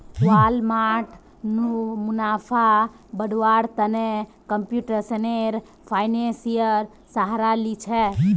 Walmart मुनाफा बढ़व्वार त न कंप्यूटेशनल फाइनेंसेर सहारा ली छेक